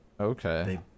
Okay